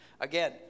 Again